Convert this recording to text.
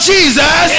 Jesus